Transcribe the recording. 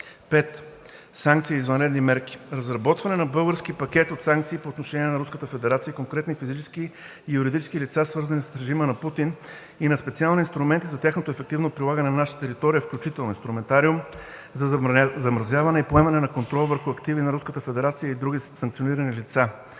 5. Санкции и извънредни мерки: разработване на български пакет от санкции по отношение на Руската федерация и конкретни физически и юридически лица, свързани с режима на Путин, и на специални инструменти за тяхното ефективно прилагане на наша територия, включително инструментариум за замразяване и поема- не на контрол върху активи на Руската федерация и други санкционирани лица;